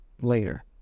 later